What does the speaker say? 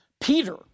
Peter